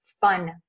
fun